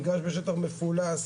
מגרש בשטח מפולס,